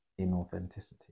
inauthenticity